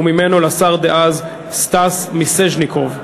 וממנו לשר דאז סטס מיסז'ניקוב.